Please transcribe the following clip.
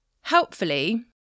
Helpfully